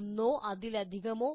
ഒന്നോ അതിലധികമോ